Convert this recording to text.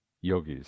yogis